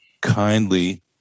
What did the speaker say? kindly